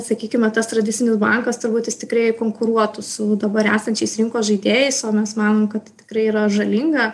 sakykime tas tradicinis bankas turbūt jis tikrai konkuruotų su dabar esančiais rinkos žaidėjais o mes manom kad tai tikrai yra žalinga